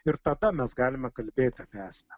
ir tada mes galime kalbėti apie esmę